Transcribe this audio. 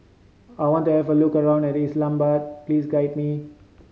I want to have a look around Islamabad please guide me